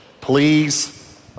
please